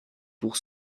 pour